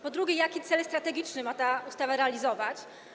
Po drugie, jaki cel strategiczny ta ustawa ma realizować?